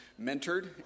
mentored